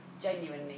genuinely